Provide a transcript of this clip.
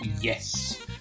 Yes